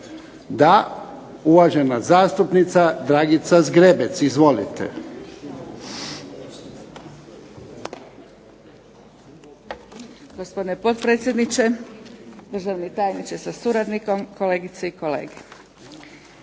Da. Uvažena zastupnica Dragica Zgrebec, izvolite.